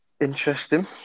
Interesting